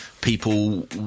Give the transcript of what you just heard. people